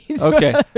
Okay